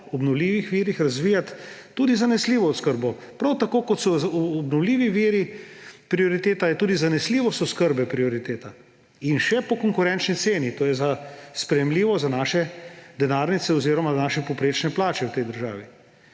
ob obnovljivih virih razvijati tudi zanesljivo oskrbo, prav tako kot so obnovljivi viri prioriteta, je tudi zanesljivost oskrbe prioriteta. In še po konkurenčni ceni. To je sprejemljivo za naše denarnice oziroma za naše povprečne plače v tej državi.